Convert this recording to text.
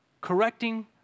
Correcting